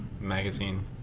magazine